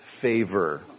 favor